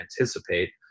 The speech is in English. anticipate